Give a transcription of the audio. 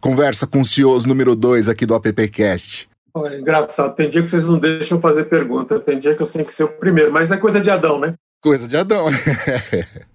Conversa com o Cioso número dois aqui do APPCast. Olha, engraçado, tem dia que vocês não deixam eu fazer pergunta, tem dia que eu tenho que ser o primeiro, mas é coisa de Adão, né? Coisa de Adão.